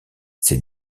ces